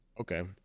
okay